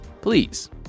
please